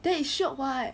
that you shiok